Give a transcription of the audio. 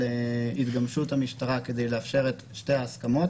להתגמשות המשטרה כדי לאפשר את שתי ההסכמות.